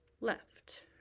left